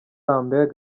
lambert